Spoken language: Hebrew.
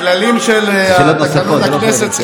הכללים של תקנון הכנסת,